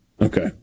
Okay